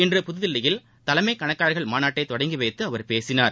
இன்று புதுதில்லியில் தலைமை கணக்காயர்கள் மாநாட்டினை தொடங்கிவைத்து அவர் பேசினார்